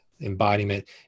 embodiment